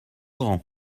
grand